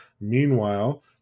Meanwhile